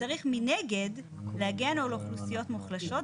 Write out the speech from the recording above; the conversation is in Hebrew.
צריך מנגד להגן על אוכלוסיות מוחלשות,